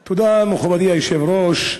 תודה, מכובדי היושב-ראש,